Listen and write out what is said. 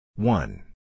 One